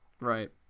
Right